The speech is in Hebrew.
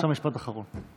יש לך משפט אחרון.